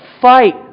fight